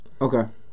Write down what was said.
Okay